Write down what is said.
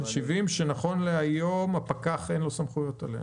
שנכון להיום, לפקח אין סמכויות עליהם.